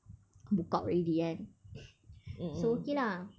book out already kan so okay lah